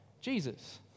Jesus